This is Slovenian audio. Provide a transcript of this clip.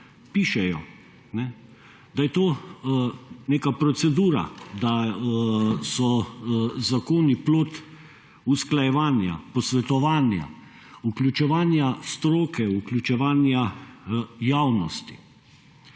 pišejo, da je to neka procedura, da so zakoni plod usklajevanja, posvetovanja, vključevanja stroke, vključevanja javnosti,